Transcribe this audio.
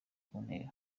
kuntera